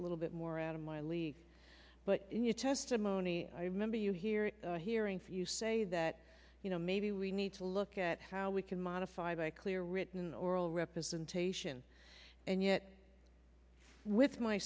a little bit more out of my league but in your testimony i remember you hear hearings you say that you know maybe we need to look at how we can modify by clear written oral representations and yet with my